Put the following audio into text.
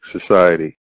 society